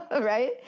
Right